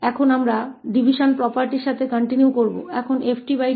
तो अब हम डिवीज़न प्रॉपर्टी को जारी रखेंगे